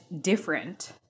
different